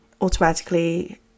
automatically